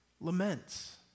laments